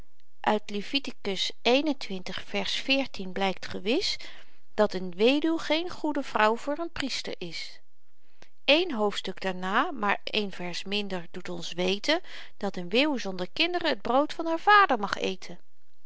uit leviticus xxi vers blykt gewis dat een weduw geen goede vrouw voor een priester is eén hoofdstuk daarna maar een vers minder doet ons weten dat een weeuw zonder kinderen t brood van haar vader mag eten